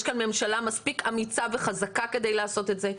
יש כאן ממשלה מספיק אמיצה וחזרה כדי לעשות את זה.